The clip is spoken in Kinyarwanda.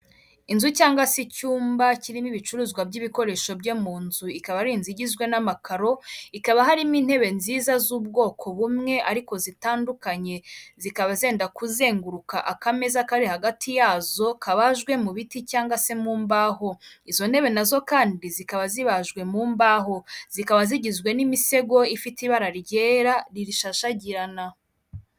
Inzu cyangwa se icyumba kirimo ibicuruzwa by'ibikoresho byo mu nzu ikaba ari inzu igizwe n'amakaro, ikaba harimo intebe nziza z'ubwoko bumwe ariko zitandukanye zikaba zenda kuzenguruka akamezaza kari hagati yazo kabajwe mu biti cyangwa se mu mbaho. Izo ntebe nazo kandi zikaba zibajwe mu mbaho zikaba zigizwe n'imisego ifite ibara ryera ririshashagirana.